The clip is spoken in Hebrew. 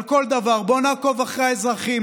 על כל דבר: בואו נעקוב אחרי האזרחים,